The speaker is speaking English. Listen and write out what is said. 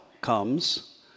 comes